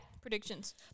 Predictions